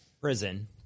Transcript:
Prison